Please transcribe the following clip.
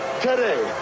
today